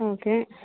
okay